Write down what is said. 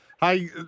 Hey